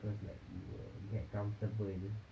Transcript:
cause like we will get comfortable